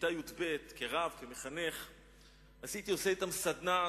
כיתה י"ב הייתי עושה עם התלמידים סדנה,